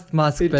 mask